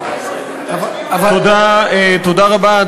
תודה רבה,